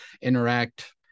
interact